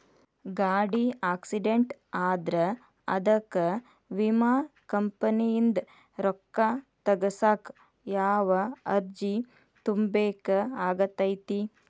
ಗಾಡಿ ಆಕ್ಸಿಡೆಂಟ್ ಆದ್ರ ಅದಕ ವಿಮಾ ಕಂಪನಿಯಿಂದ್ ರೊಕ್ಕಾ ತಗಸಾಕ್ ಯಾವ ಅರ್ಜಿ ತುಂಬೇಕ ಆಗತೈತಿ?